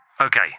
Okay